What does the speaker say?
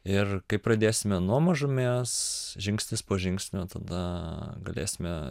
ir kai pradėsime nuo mažumės žingsnis po žingsnio tada galėsime